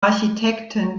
architekten